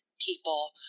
people